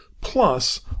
plus